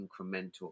incremental